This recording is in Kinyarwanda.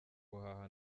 guhaha